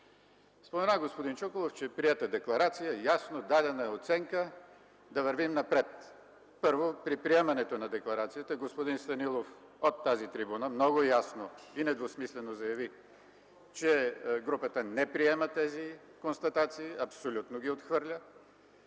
работа. Господин Чуколов спомена, че е приета декларация. Ясно, дадена е оценка, да вървим напред. Първо, при приемането на декларацията господин Станилов от тази трибуна много ясно и недвусмислено заяви, че групата не приема тези констатации, абсолютно ги отхвърля.